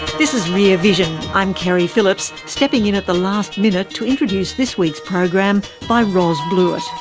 this is rear vision, i'm keri phillips, stepping in at the last minute to introduce this week's program by ros bluett.